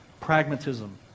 pragmatism